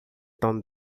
tão